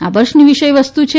આ વર્ષની વિષયવસ્તુ છે